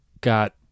got